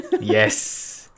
yes